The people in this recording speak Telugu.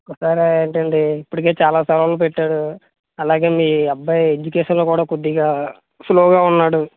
ఒక్కసారి ఏంటండి ఇప్పటికే చాలా సెలవులు పెట్టారు అలాగే మీ అబ్బాయి ఎడ్యుకేషన్ లో కూడా కొద్దిగా స్లో గా ఉన్నాడు